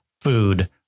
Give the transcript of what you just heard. food